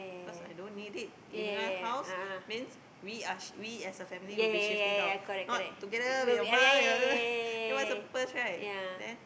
cause I don't need it if you want house means we are we as a family will be shifting out not together with your mum your then what is the purpose right